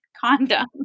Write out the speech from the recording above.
condom